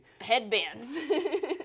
Headbands